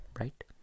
Right